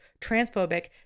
transphobic